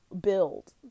build